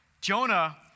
Jonah